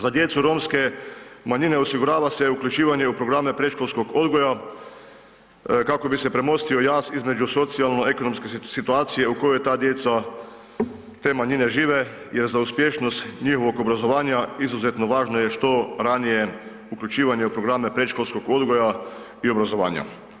Za djecu romske manjine osigurava se uključivanje u programe predškolskog odgoja kako bi se premostio jaz između socijalno-ekonomske situacije u kojoj ta djeca te manjine žive jer za uspješnost njihovog obrazovanja izuzetno važno je što ranije uključivanje u programe predškolskog odgoja i obrazovanja.